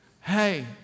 Hey